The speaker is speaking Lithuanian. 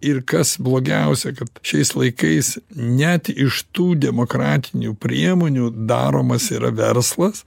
ir kas blogiausia kad šiais laikais net iš tų demokratinių priemonių daromas yra verslas